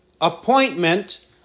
appointment